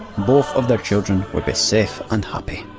both of their children would be safe and happy.